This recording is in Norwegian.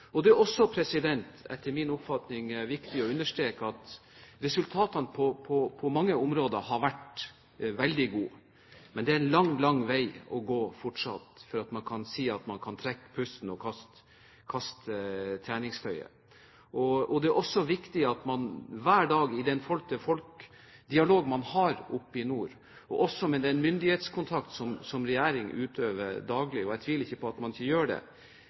Japan og andre også har bidratt i dette bildet. Det er etter min oppfatning også viktig å understreke at resultatene har vært veldig gode på mange områder, men det er fortsatt en lang vei å gå før man kan trekke pusten og kaste treningstøyet. Det er også viktig at man hver gang i den dialog man har med folk i nord, også med tanke på den myndighetskontakt som regjeringen utøver daglig – og det tviler jeg ikke på at man gjør – setter disse spørsmålene på dagsordenen. For det